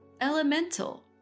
elemental